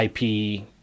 IP